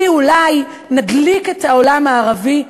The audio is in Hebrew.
כי אולי נדליק את העולם הערבי.